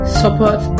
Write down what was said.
support